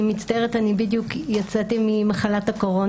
אומרים?